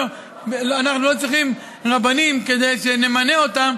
אנחנו לא צריכים רבנים כדי שנמנה אותם